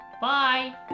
Bye